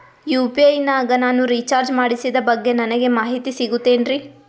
UPI ನಾಗ ನಾನು recharge ಮಾಡಿಸಿದ ಬಗ್ಗೆ ನನಗೆ ಮಾಹಿತಿ ಸಿಗುತೇನ್ರೀ?